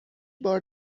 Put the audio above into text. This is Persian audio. بار